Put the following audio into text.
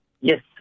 Yes